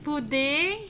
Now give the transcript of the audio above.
pudding